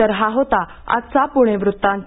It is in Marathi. तर हा होता आजचा पुणे वृत्तांत